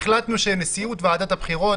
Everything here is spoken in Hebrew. החלטנו שנשיאות ועדת הבחירות,